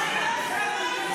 להרוג טרוריסטים.